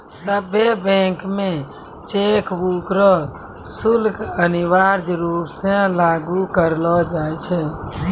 सभ्भे बैंक मे चेकबुक रो शुल्क अनिवार्य रूप से लागू करलो जाय छै